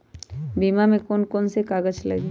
बीमा में कौन कौन से कागज लगी?